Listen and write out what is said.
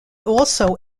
also